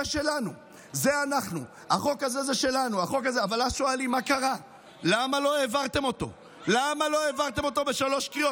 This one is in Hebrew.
אבל היא לא העבירה אותו.